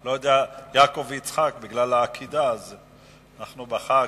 לא יודע, יעקב ויצחק, בגלל העקדה, אנחנו בחג.